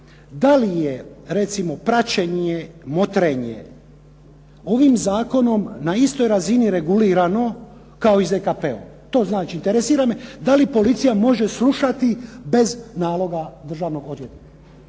da li je recimo praćenje, motrenje, ovim zakonom na istoj razini regulirano kao i ZKP. To znači interesira me da li policija može slušati bez naloga državnog odvjetnika.